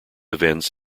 events